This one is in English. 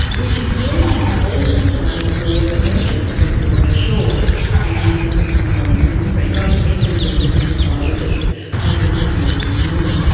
which is where things also started for emeritus professor roger short and professor marilyn renfree, both eminent reproductive biologists over at the university of melbourne.